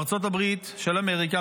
ארצות הברית של אמריקה,